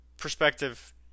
perspective